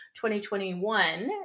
2021